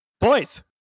Boys